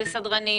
זה סדרנים,